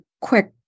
quick